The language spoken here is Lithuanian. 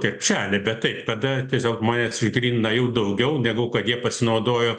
krepšelį bet taip tada tiesiog žmonės išgrynina jau daugiau negu kad jie pasinaudojo